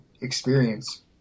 experience